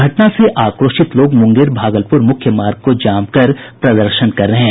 घटना से आक्रोशित लोग मुंगेर भागलपुर मुख्य मार्ग को जाम कर प्रदर्शन कर रहे हैं